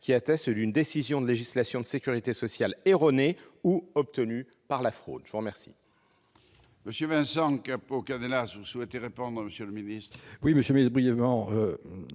qui attestent d'une décision de législation de sécurité sociale erronée ou obtenue par fraude. La parole